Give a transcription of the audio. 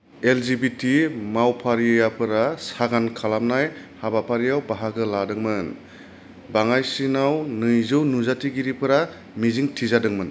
L G B T मावफारियाफोरा सागान खालामनाय हाबाफारियाव बाहागो लादोंमोन बाङायसिनाव नैजौ नुजाथिगिरिफोरा मिजिं थिजादोंमोन